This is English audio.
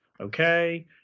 Okay